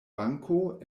banko